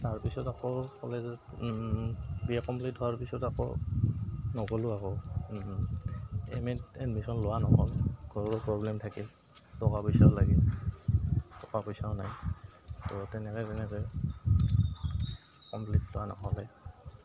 তাৰপিছত আকৌ কলেজত বি এ কমপ্লিট হোৱাৰ পিছত আকৌ নগ'লো আকৌ এম এ ত এডমিশ্যন লোৱা নহ'ল ঘৰৰ প্ৰব্লেম থাকিল টকা পইচাও লাগিল টকা পইচাও নাই ত' তেনেকৈ তেনেকৈ কমপ্লিট কৰা নহ'লে